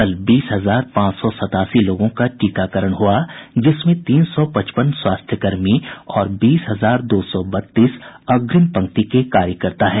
कल बीस हजार पांच सौ सत्तासी लोगों का टीकाकरण हुआ जिसमें तीन सौ पचपन स्वास्थ्यकर्मी और बीस हजार दो सौ बत्तीस अग्रिम पंक्ति के कार्यकर्ता हैं